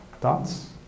thoughts